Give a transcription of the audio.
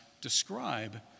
describe